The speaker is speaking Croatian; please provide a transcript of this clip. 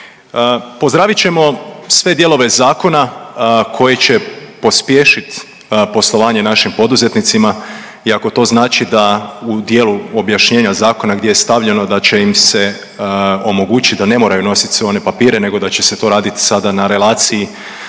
Pozdravit ćemo sve dijelove zakona koje će pospješiti poslovanje našim poduzetnicima i ako to znači da u dijelu objašnjenja zakona gdje je stavljeno da će im se omogućiti da ne moraju nositi sve one papire, nego da će se to raditi sada na relaciji